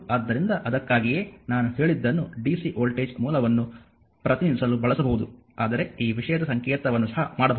ಆದ್ದರಿಂದ ಅದಕ್ಕಾಗಿಯೇ ನಾನು ಹೇಳಿದ್ದನ್ನು DC ವೋಲ್ಟೇಜ್ ಮೂಲವನ್ನು ಪ್ರತಿನಿಧಿಸಲು ಬಳಸಬಹುದು ಆದರೆ ಈ ವಿಷಯದ ಸಂಕೇತವನ್ನು ಸಹ ಮಾಡಬಹುದು